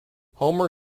homer